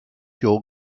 your